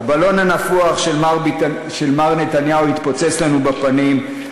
הבלון הנפוח של מר נתניהו התפוצץ לנו בפנים,